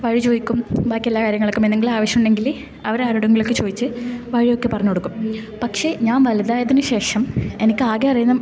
വഴി ചോദിക്കും ബാക്കിയെല്ലാ കാര്യങ്ങൾക്കും എന്തെങ്കിലും ആവശ്യം ഉണ്ടെങ്കില് അവര് ആരോടെങ്കിലുവൊക്കെ ചോദിച്ച് വഴിയൊക്കെ പറഞ്ഞ് കൊടുക്കും പക്ഷേ ഞാൻ വലുതായതിന് ശേഷം എനിക്ക് ആകെ അറിയുന്ന